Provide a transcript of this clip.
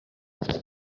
die